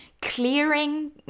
clearing